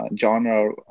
genre